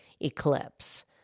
eclipse